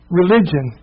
religion